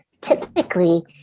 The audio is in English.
Typically